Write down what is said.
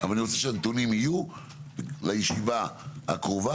אבל אני רוצה שהנתונים יהיו לישיבה הקרובה.